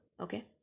okay